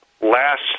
last